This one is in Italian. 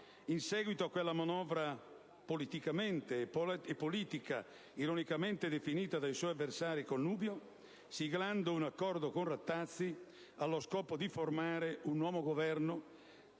in seguito a quella manovra politica, ironicamente definita dai suoi avversari «connubio», siglando un accordo con Rattazzi allo scopo di formare un nuovo Governo